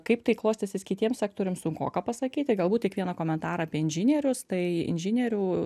kaip tai klostysis kitiems sektoriams sunkoka pasakyti galbūt tik vieną komentarą apie inžinierius tai inžinierių